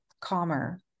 calmer